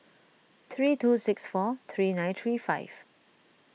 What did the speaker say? three two six four three nine three five